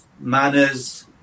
manners